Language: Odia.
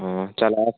ହଁ ଚାଲ